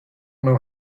know